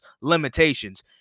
limitations